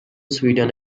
sweden